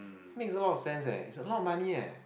makes a lot of sense eh it's a lot of money eh